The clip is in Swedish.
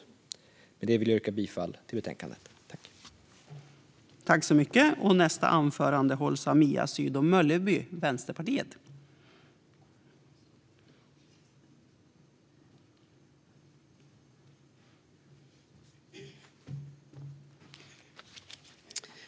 Med detta vill jag yrka bifall till förslaget i betänkandet.